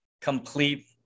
complete